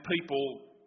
people